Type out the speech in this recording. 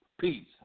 peace